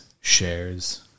shares